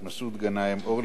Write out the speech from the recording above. אורלי לוי אבקסיס,